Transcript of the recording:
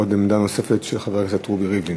עמדה נוספת של חבר הכנסת רובי ריבלין.